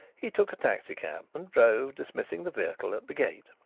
he took a taxicab and drove, dismissing the vehicle at the gate.